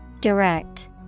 Direct